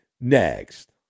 next